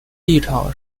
立场